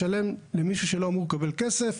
משלם למישהו שלא אמור לקבל כסף,